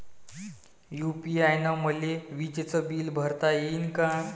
UPI न मले विजेचं बिल भरता यीन का?